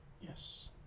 Yes